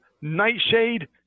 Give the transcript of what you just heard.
Nightshade